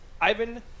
Ivan